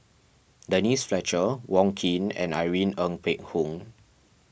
Denise Fletcher Wong Keen and Irene Ng Phek Hoong